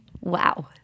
Wow